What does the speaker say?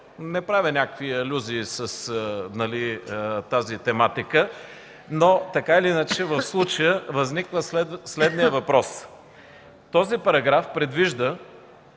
Не правя някакви алюзии с тази тематика, но в случая възниква следният въпрос. Този параграф предвижда